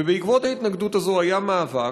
ובעקבות ההתנגדות הזאת היה מאבק,